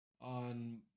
on